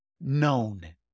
known